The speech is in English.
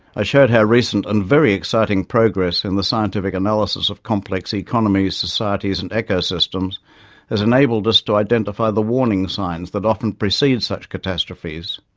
i showed how recent and very exciting progress in the scientific analysis of complex economies, societies and ecosystems has enabled us to identify the warning signs that often precede such catastrophes.